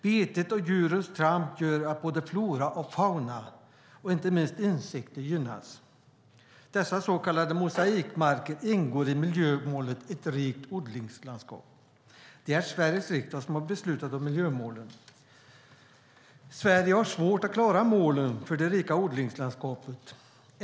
Betet och djurens tramp gör att både flora och fauna, inte minst insekter, gynnas. Dessa så kallade mosaikbetesmarker ingår i miljömålet Ett rikt odlingslandskap. Det är Sveriges riksdag som har beslutat om miljömålen. Sverige har svårt att klara målen för det rika odlingslandskapet.